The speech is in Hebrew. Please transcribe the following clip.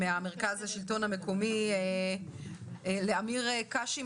מהמרכז לשלטון המקומי ואני מוכרחה לעבור לעמיר קשי,